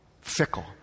fickle